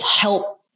help